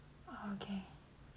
oh okay